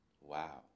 Wow